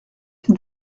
for